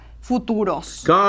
futuros